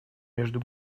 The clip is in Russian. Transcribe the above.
между